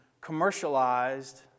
commercialized